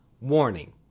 Warning